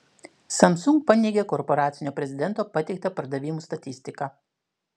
samsung paneigė korporacinio prezidento pateiktą pardavimų statistiką